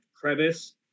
crevice